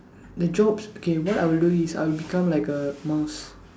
the jobs okay what I'll do is I'll become like a mouse